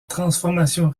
transformation